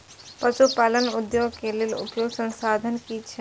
पशु पालन उद्योग के लेल उपयुक्त संसाधन की छै?